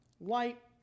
light